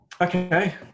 Okay